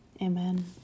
Amen